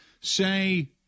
Say